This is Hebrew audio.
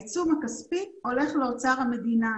העיצום הכספי הולך לאוצר המדינה.